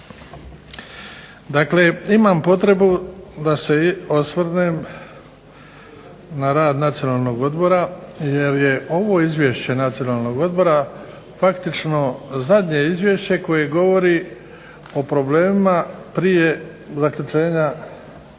Dakle, imam potrebu da se osvrnem na rad Nacionalnog odbora, jer je ovo izvješće Nacionalnog odbora faktično zadnje izvješće koje govori o problemima prije zaključenja